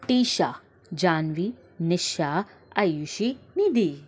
Trisha Janvi Nisha Ayushi Nidhi